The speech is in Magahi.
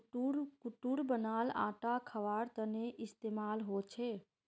कुट्टूर बनाल आटा खवार तने इस्तेमाल होचे